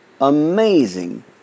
amazing